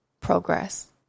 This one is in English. progress